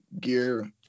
gear